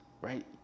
right